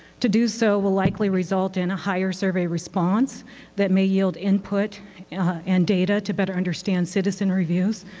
to do so would likely result in a higher survey response that may yield input and data to better understand citizen reviews,